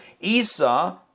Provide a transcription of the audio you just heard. Esau